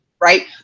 right